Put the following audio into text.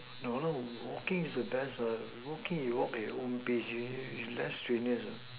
no no walking is the best walking you walk at your own pace less strenuous